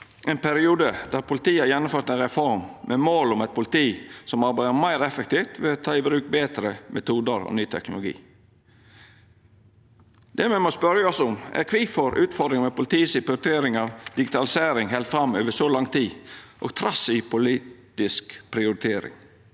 ein periode då politiet har gjennomført ei reform med mål om eit politi som arbeider meir effektivt ved å ta i bruk betre metodar og ny teknologi. Det me må spørja oss om, er kvifor utfordringane med politiets prioritering av digitalisering held fram over så lang tid, trass i politisk prioritering.